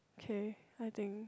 K I think